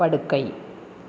படுக்கை